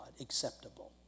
acceptable